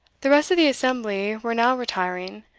the rest of the assembly were now retiring,